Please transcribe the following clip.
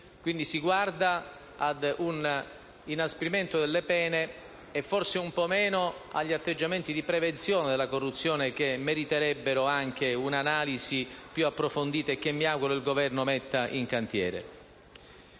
Si guarda ad un inasprimento delle pene e, forse, un po' meno agli atteggiamenti di prevenzione della corruzione, che meriterebbero anche un'analisi più approfondita e che mi auguro il Governo metta in cantiere.